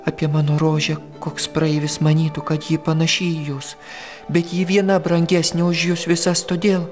apie mano rožę koks praeivis manytų kad ji panaši į jus bet ji viena brangesnė už jus visas todėl